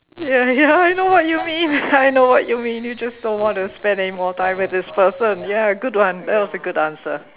ya ya I know what you mean I know what you mean you just don't wanna spend anymore time with this person ya good one that was a good answer